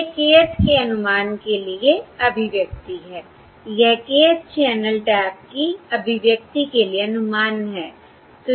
यह kth के अनुमान के लिए अभिव्यक्ति है यह kth चैनल टैप की अभिव्यक्ति के लिए अनुमान है